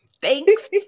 thanks